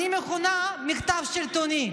אני מכנה "מחטף שלטוני".